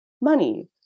money